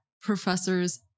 professors